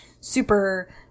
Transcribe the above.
super